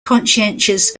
conscientious